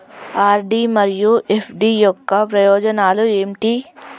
RD మరియు FD యొక్క ప్రయోజనాలు ఏంటి?